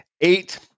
Eight